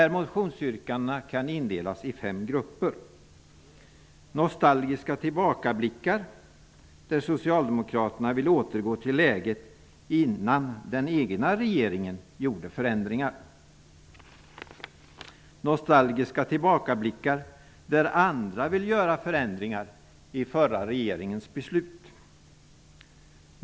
Nostalgiska tillbakablickar där socialdemokraterna vill återgå till läget innan den egna regeringen gjorde förändringar. 2. Nostalgiska tillbakablickar där andra vill göra förändringar i förra regeringens beslut. 3.